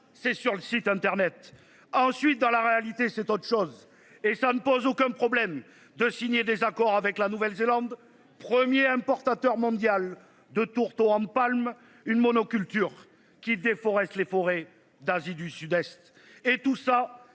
c'est sur le site internet. Ensuite, dans la réalité c'est autre chose et ça ne pose aucun problème de signer des accords avec la Nouvelle Zélande 1er importateur mondial de tourteaux en Palm une monoculture, qui déforeste les forêts d'Asie du Sud-Est et tout ça